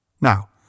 Now